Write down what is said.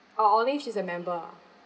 orh only she's a member ah